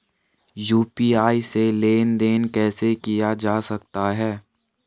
UPI से लेनदेन कैसे किया जा सकता है?